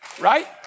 Right